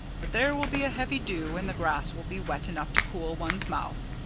but there will be a heavy dew, and the grass will be wet enough to cool one's mouth.